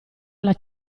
alla